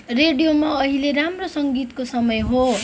रेडियोमा अहिले राम्रो सङ्गीतको समय हो